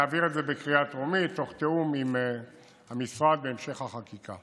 נעביר את זה בקריאה טרומית תוך תיאום עם המשרד להמשך החקיקה.